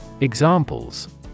Examples